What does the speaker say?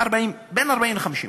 40% בין 40% ל-50%.